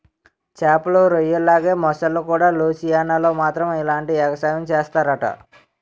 చేమలు, రొయ్యల్లాగే మొసల్లుకూడా లూసియానాలో మాత్రమే ఇలాంటి ఎగసాయం సేస్తరట